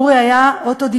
אורי היה אוטודידקט,